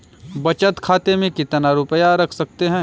बचत खाते में कितना रुपया रख सकते हैं?